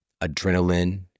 adrenaline